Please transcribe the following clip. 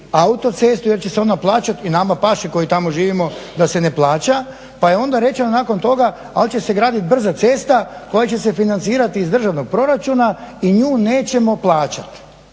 autocestu jer će se ona plaćati i nama paše koji tamo živimo da se ne plaća. Pa je onda rečeno nakon toga ali će se graditi brza cesta koja će se financirati iz državnog proračuna i nju nećemo plaćati.